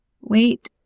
wait